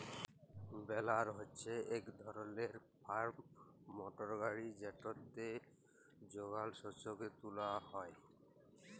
বেলার হছে ইক ধরলের ফার্ম মটর গাড়ি যেটতে যগাল শস্যকে তুলা হ্যয়